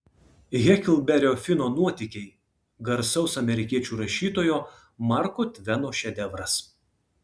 heklberio fino nuotykiai garsaus amerikiečių rašytojo marko tveno šedevras